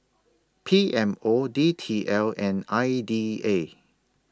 P M O D T L and I D A